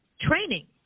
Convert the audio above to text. Training